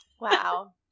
Wow